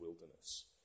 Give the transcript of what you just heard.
wilderness